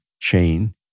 chain